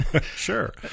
Sure